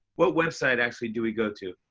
what website, actually, do we go to?